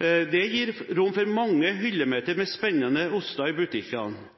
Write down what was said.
Det gir rom for mange hyllemeter med spennende oster i butikkene.